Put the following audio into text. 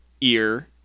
ear